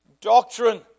Doctrine